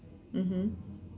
mmhmm